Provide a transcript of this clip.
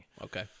Okay